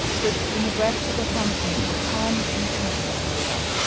puts in the breast of the helmsman a calm content with himself,